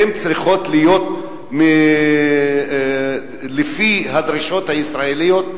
הן צריכות להיות לפי הדרישות הישראליות,